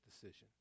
decision